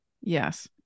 yes